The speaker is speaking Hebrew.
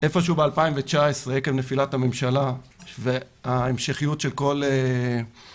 איפה שהוא ב-2019 עם נפילת הממשלה וההמשכיות של כל